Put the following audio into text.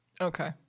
okay